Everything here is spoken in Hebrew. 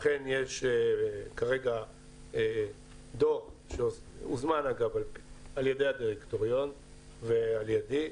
אכן יש כרגע דוח שהוזמן על-ידי הדירקטוריון ועל ידי,